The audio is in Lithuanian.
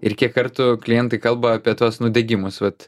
ir kiek kartų klientai kalba apie tuos nudegimus vat